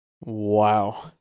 Wow